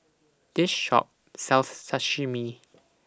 This Shop sells Sashimi